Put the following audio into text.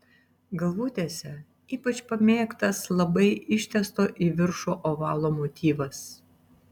galvutėse ypač pamėgtas labai ištęsto į viršų ovalo motyvas